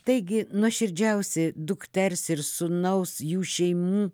taigi nuoširdžiausi dukters ir sūnaus jų šeimų